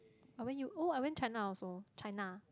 I went you oh I went China also China